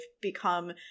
become